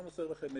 לא מוסר לכם מידע.